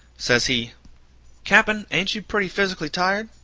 says he cap'n, ain't you pretty physically tired?